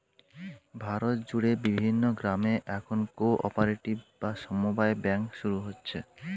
ভারত জুড়ে বিভিন্ন গ্রামে এখন কো অপারেটিভ বা সমব্যায় ব্যাঙ্ক শুরু হচ্ছে